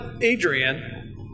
adrian